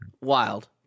Wild